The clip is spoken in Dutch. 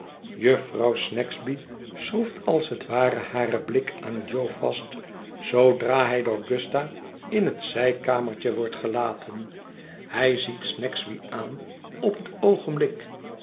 jufvrouw snagsby schroeft als het ware haar blik aan jo vast zoodra hij door gusta in het zijkamertje wordt gelaten hij ziet snagsby aan op het oogenblik